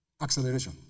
Acceleration